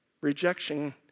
Rejection